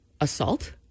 assault